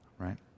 right